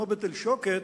כמו בתל-שוקת,